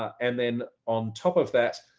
and then on top of that,